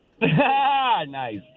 Nice